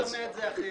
אני שומע את זה אחרת.